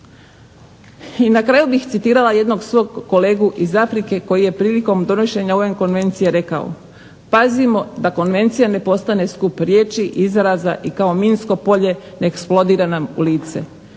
I na kraju bih citirala jednog svog kolegu iz Afrike koji je prilikom donošenja ove konvencije rekao: "Pazimo da konvencija ne postane skup riječi, izraza i kao minsko polje ne eksplodira nam u lice."